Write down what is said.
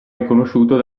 riconosciuto